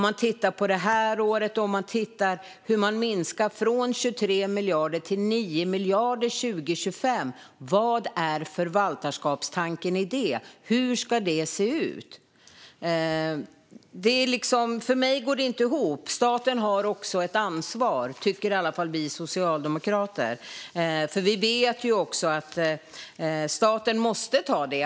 Man minskar från 23 miljarder det här året till 9 miljarder 2025. Var är förvaltarskapstanken i det? Hur ska det se ut? För mig går det inte ihop. Staten har ett ansvar. Det tycker i alla fall vi socialdemokrater. Vi vet att staten måste ta det.